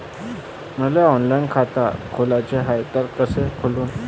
मले ऑनलाईन खातं खोलाचं हाय तर कस खोलू?